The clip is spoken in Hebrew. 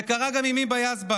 זה קרה גם עם היבא יזבק,